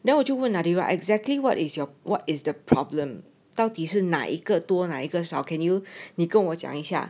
then 我就问 nadira exactly what is your what is the problem 到底是哪一个多哪一个少 can you 你跟我讲一下